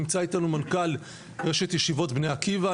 נמצא איתנו מנכ"ל רשת ישיבות בני עקיבא,